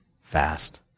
fast